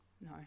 no